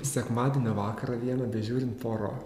sekmadienio vakarą vieną bežiūrint puaro